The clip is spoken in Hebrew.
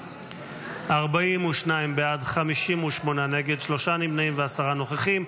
42 בעד, 58 נגד, שלושה נמנעים ועשרה נוכחים.